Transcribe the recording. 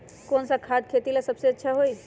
कौन सा खाद खेती ला सबसे अच्छा होई?